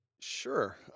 Sure